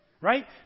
Right